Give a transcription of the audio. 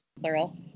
plural